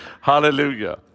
Hallelujah